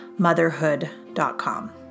motherhood.com